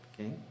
okay